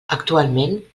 actualment